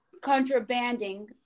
contrabanding